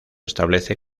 establece